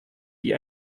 wie